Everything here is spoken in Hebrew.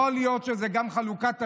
יכול להיות שזו גם חלוקת אוויר.